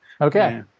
Okay